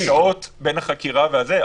יש כמה שעות בין החקירה וזה,